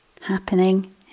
happening